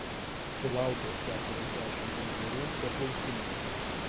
sulaukęs keturiasdešimt penkerių tapau ciniškas